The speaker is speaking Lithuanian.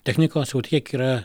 technikos sakau tiek yra